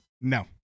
No